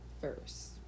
first